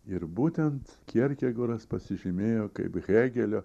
ir būtent kjerkegoras pasižymėjo kaip hėgelio